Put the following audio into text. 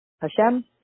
Hashem